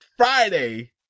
Friday